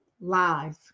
Lies